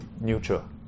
neutral